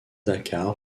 dakkar